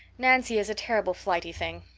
nancy is a terrible flighty thing.